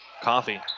Coffee